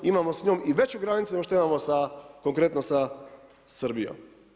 Imamo s njom i veću granicu nego što imamo sa, konkretno sa Srbijom.